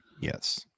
yes